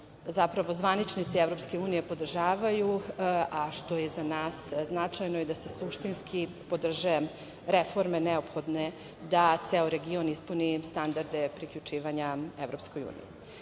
zapravo zvaničnici EU podržavaju, a što je za nas značajno, da se suštinski podrže reforme neophodne da ceo region ispuni standarde priključivanje